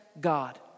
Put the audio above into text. God